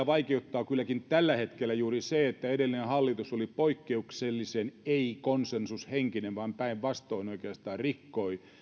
vaikeuttaa kylläkin tällä hetkellä juuri se että edellinen hallitus oli poikkeuksellisen ei konsensushenkinen päinvastoin se oikeastaan rikkoi